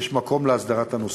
יש מקום להסדרת הנושא.